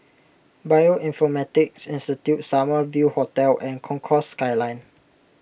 Bioinformatics Institute Summer View Hotel and Concourse Skyline